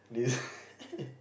do you